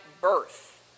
birth